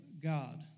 God